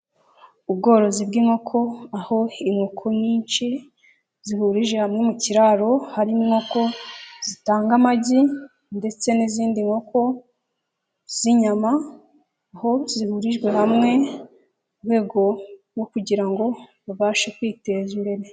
Ubworozi bw'inkoko ,aho inkoko nyinshi zihurije hamwe mu kiraro, harimo inkoko zitanga amagi ndetse n'izindi nkoko z'inyama, aho zihurijwe hamwe mu rwego rwo kugira ngo babashe kwiteza imbere.